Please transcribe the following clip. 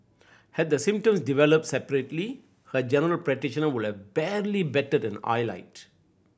had the symptoms developed separately her general practitioner would have barely batted an eyelid